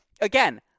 again